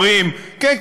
אומרים: כן,